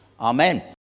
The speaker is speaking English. Amen